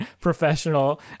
professional